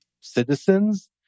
citizens